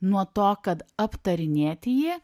nuo to kad aptarinėti jį